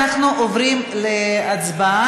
אנחנו עוברים להצבעה,